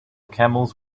camels